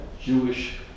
Jewish